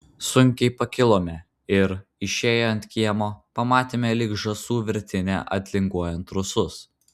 sunkiai pakilome ir išėję ant kiemo pamatėme lyg žąsų virtinę atlinguojant rusus